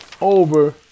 over